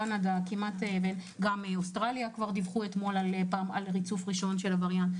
קנדה וגם מאוסטרליה דיווחו אתמול על ריצוף ראשון של הווריאנט.